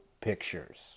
pictures